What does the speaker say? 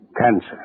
Cancer